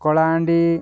Kalahandi